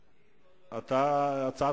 אותו.